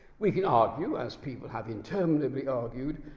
we can argue, as people have interminably argued,